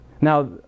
now